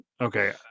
okay